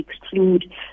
exclude